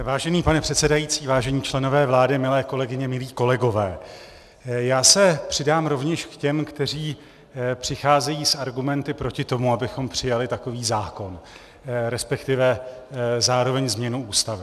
Vážený pane předsedající, vážení členové vlády, milé kolegyně, milí kolegové, já se přidám rovněž k těm, kteří přicházejí s argumenty proti tomu, abychom přijali takový zákon, respektive zároveň změnu Ústavy.